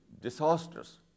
disastrous